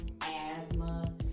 asthma